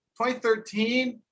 2013